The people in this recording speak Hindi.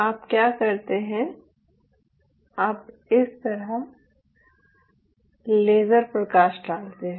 आप क्या करते हैं आप इस तरह लेज़र प्रकाश डालते हैं